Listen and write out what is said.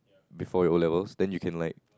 before your O-levels then you can like